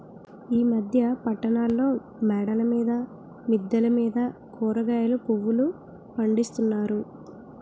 ఈ మధ్య పట్టణాల్లో మేడల మీద మిద్దెల మీద కూరగాయలు పువ్వులు పండిస్తున్నారు